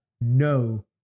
No